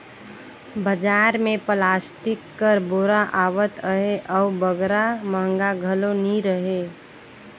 बजार मे पलास्टिक कर बोरा आवत अहे अउ बगरा महगा घलो नी रहें